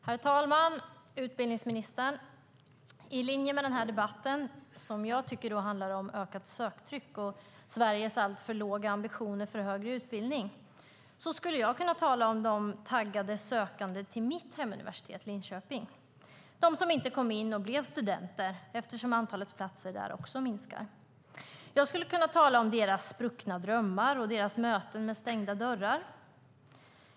Herr talman! Utbildningsministern! I linje med den här debatten, som jag tycker handlar om ökat söktryck och Sveriges alltför låga ambitioner för högre utbildning, skulle jag kunna tala om de taggade sökande vid mitt hemuniversitet, Linköpings universitet, som inte kom in och blev studenter, eftersom antalet platser minskar också där. Jag skulle kunna tala om deras spruckna drömmar och deras möten med stängda dörrar.